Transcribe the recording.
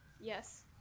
Yes